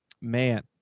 man